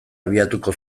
abiatuko